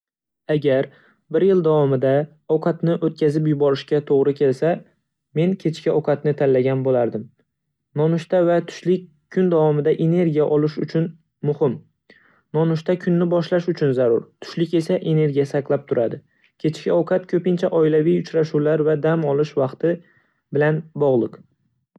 Agar bir yil davomida ovqatni o'tkazib yuborishga to'g'ri kelsa, men kechki ovqatni tanlagan bo'lardim. Nonushta va tushlik kun davomida energiya olish uchun muhim. Nonushta kunni boshlash uchun zarur, tushlik esa energiyani saqlab turadi Kechki ovqat ko'pincha oilaviy uchrashuvlar va dam olish vaqti bilan bog'liq.